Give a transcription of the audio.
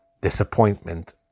disappointment